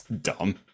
dumb